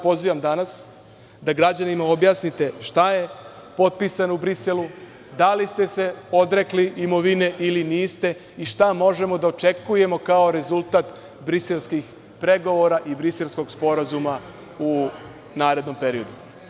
Pozivam vas danas da građanima objasnite šta je potpisano u Briselu, da li ste se odrekli imovine ili niste i šta možemo da očekujemo kao rezultat briselskih pregovora i Briselskog sporazuma u narednom periodu.